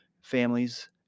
families